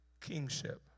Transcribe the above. kingship